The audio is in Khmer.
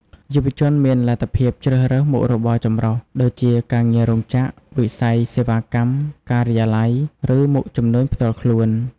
យុវជនមានលទ្ធភាពជ្រើសរើសមុខរបរចម្រុះ ដូចជាការងាររោងចក្រ វិស័យសេវាកម្ម ការិយាល័យ ឬមុខជំនួញផ្ទាល់ខ្លួន។